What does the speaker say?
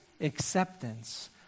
acceptance